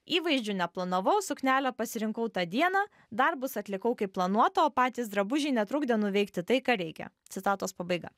įvaizdžių neplanavau suknelę pasirinkau tą dieną darbus atlikau kaip planuota o patys drabužiai netrukdė nuveikti tai ką reikia citatos pabaiga